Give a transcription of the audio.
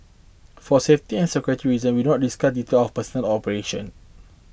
for safety and security reason we don't discuss detail of personnel or operation